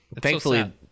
thankfully